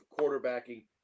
quarterbacking